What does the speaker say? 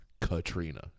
Katrina